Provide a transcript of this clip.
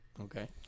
Okay